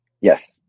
Yes